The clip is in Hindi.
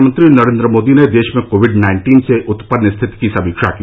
प्रधानमंत्री नरेंद्र मोदी ने देश में कोविड नाइन्टीन से उत्पन्न स्थिति की समीक्षा की